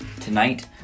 tonight